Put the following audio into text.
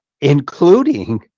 including